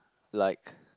like